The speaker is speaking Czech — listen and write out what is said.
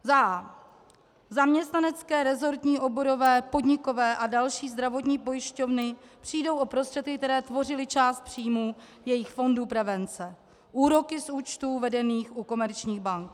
a) Zaměstnanecké, resortní, oborové, podnikové a další zdravotní pojišťovny přijdou o prostředky, které tvořily část příjmů jejich fondů prevence, úroky z účtů vedených u komerčních bank.